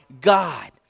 God